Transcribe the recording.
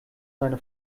seine